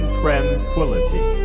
tranquility